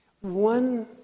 One